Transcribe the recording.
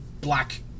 black